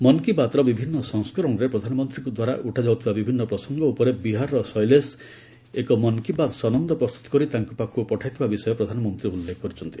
ମନ୍ କି ବାତ୍ର ବିଭିନ୍ନ ସଂସ୍କରଣରେ ପ୍ରଧାନମନ୍ତ୍ରୀଙ୍କ ଦ୍ୱାରା ଉଠାଯାଉଥିବା ବିଭିନ୍ନ ପ୍ରସଙ୍ଗ ଉପରେ ବିହାରର ଶୈଲେସ ଏକ ମନ୍ କି ବାତ୍ ସନନ୍ଦ ପ୍ରସ୍ତୁତ କରି ତାଙ୍କ ପାଖକୁ ପଠାଇଥିବା ବିଷୟ ପ୍ରଧାନମନ୍ତ୍ରୀ ଉଲ୍ଲେଖ କରିଛନ୍ତି